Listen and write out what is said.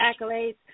accolades